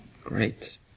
great